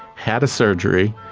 had a surgery.